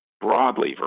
broadly